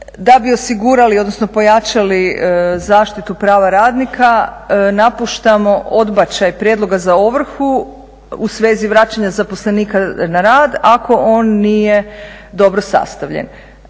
Da bi osigurali odnosno pojačali zaštitu prava radnika napuštamo odbačaj prijedloga za ovrhu u svezi vraćanja zaposlenika na rad ako on nije dobro sastavljen.